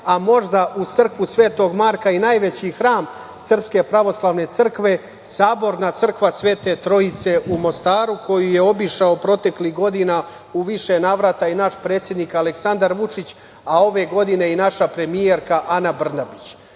a možda uz crkvu Sv. Marka i najveći hram Srpske Pravoslavne Crkve, Saborna crkva Sv. Trojice, u Mostaru, koju je obišao proteklih godina u više navrata i naš predsednik Aleksandar Vučić, a ove godine i naša premijerka, Ana Brnabić. Nekome